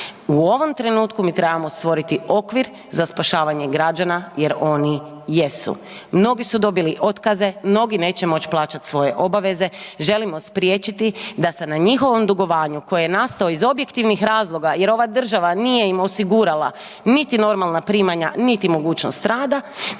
u ovom trenutku mi trebamo stvoriti okvir za spašavanje građana jer oni jesu. Mnogi su dobili otkaze, mnogi neće moć plaćati svoje obaveze, želimo spriječiti da se na njihovom dugovanju koje je nastao iz objektivnih razloga jer ova država nije im osigurala niti normalna primanja niti mogućnost rada,